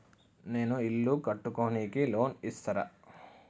నేను ఇల్లు కట్టుకోనికి లోన్ ఇస్తరా?